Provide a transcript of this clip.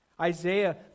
Isaiah